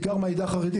בעיקר מן העדה החרדית.